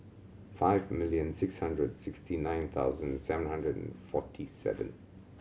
five million six hundred sixty nine thousand seven hundred and forty seven